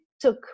took